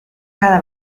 cada